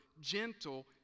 gentle